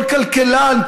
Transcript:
כל כלכלן,